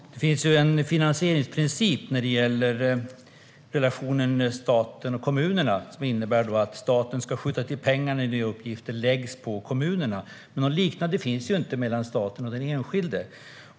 Herr talman! Det finns en finansieringsprincip som rör relationen staten och kommunerna. Den innebär att staten ska skjuta till pengar när nya uppgifter läggs på kommunerna. Något liknande finns inte mellan staten och den enskilde.